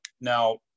now